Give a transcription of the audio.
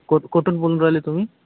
को कुठून बोलून राहिले तुम्ही